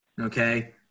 Okay